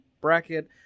bracket